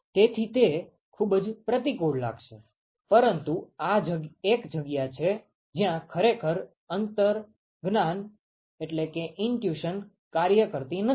તેથી તે ખૂબ જ પ્રતિકૂળ લાગે છે પરંતુ આ એક જગ્યા છે જ્યાં ખરેખર અંતર્જ્ઞાન કાર્ય કરતી નથી